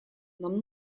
нам